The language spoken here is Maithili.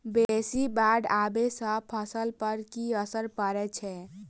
बेसी बाढ़ आबै सँ फसल पर की असर परै छै?